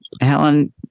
Helen